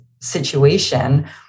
situation